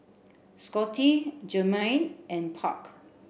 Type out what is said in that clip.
Scottie Jermaine and Park